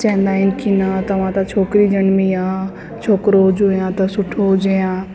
चवंदा आहिनि न तव्हां त छोकिरी ॼणमी आहे छोकिरो हुजे हा त सुठो हुजे आ